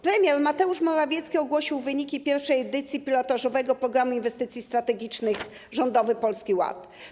Premier Mateusz Morawiecki ogłosił wyniki pierwszej edycji pilotażowego programu inwestycji strategicznych rządowy Polski Ład.